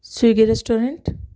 Swiggy restaurant